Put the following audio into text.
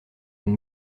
une